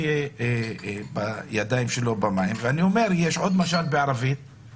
יש עוד משל בערבית שתרגומו: